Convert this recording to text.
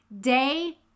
Day